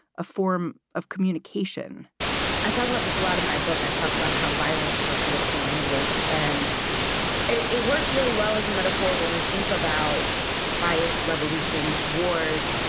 a form of communication i talked about this a lot of my book. i talk about how violence is a political language and it it works really well as a and metaphor. when we think about riots, revolutions, wars,